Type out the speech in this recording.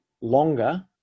longer